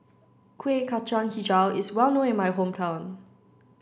Kueh Kacang Hijau is well known in my hometown